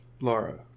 Laura